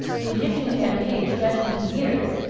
the egyptian campaign stretched into years,